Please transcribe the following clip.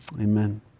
Amen